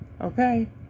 Okay